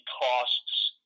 costs